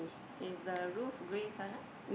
is the roof grey colour